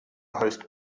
host